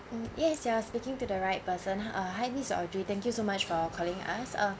mm yes you are speaking to the right person uh hi miss audrey thank you so much for calling us uh